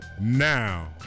Now